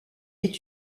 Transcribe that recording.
est